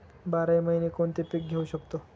बाराही महिने कोणते पीक घेवू शकतो?